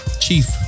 chief